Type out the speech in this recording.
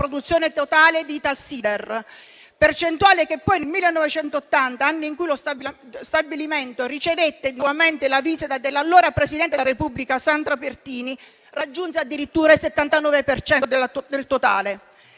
produzione totale di Italsider; percentuale che nel 1980, anno in cui lo stabilimento ricevette nuovamente la visita dell'allora presidente della Repubblica Sandro Pertini, raggiunse addirittura il 79 per cento